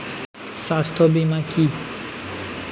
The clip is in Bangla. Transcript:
স্বাস্থ্য বীমা কি?